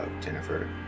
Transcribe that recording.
Jennifer